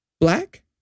black